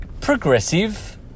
progressive